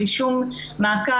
בלי שום מעקב,